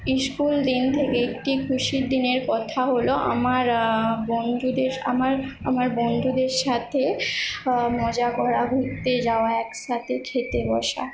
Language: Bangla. স্কুল দিন থেকেই একটি খুশির দিনের কথা হল আমার বন্ধুদের আমার আমার বন্ধুদের সাথে মজা করা ঘুরতে যাওয়া একসাথে খেতে বসা